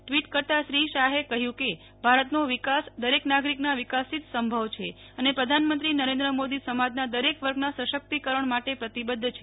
tweet કરતાં શ્રી શાહે કહ્યું કે ભારતનો વિકાસ દરેક નાગરિકના વિકાસથી જ સંભવ છે અને પ્રધાનમંત્રી નરેન્દ્ર મોદી સમાજના દરેક વર્ગના સશક્તિકરણ માટે પ્રતિબધ્ધ છે